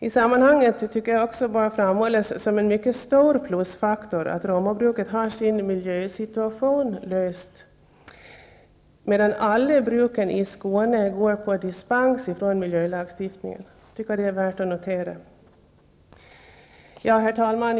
I sammanhanget bör också framhållas som en mycket stor plusfaktor att Romabruket har löst sin miljösituation, medan alla bruken i Skåne går på dispens från miljölagstiftningen. Det är värt att notera. Herr talman!